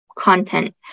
content